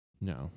No